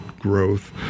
growth